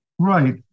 Right